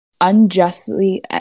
unjustly